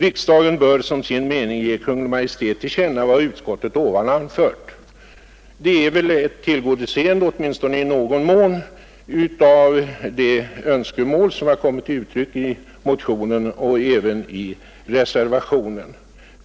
Riksdagen bör som sin mening ge Kungl. Maj:t till känna vad utskottet ovan anfört.” Det är väl ett tillgodoseende åtminstone i någon mån av de önskemål som har kommit till uttryck i motionen och även i reservationen.